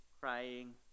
crying